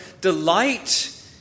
delight